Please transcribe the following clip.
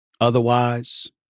Otherwise